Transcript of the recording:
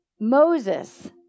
Moses